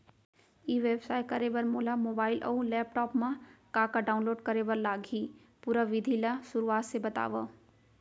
ई व्यवसाय करे बर मोला मोबाइल अऊ लैपटॉप मा का का डाऊनलोड करे बर लागही, पुरा विधि ला शुरुआत ले बतावव?